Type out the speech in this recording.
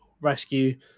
rescue